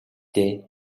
дээ